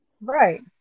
Right